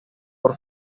por